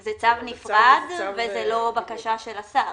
זה צו נפרד וזה לא בקשה של השר.